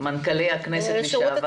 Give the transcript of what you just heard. ולמנכ"לי הכנסת לשעבר.